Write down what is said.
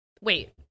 Wait